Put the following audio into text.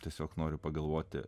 tiesiog noriu pagalvoti